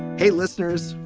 hey, listeners,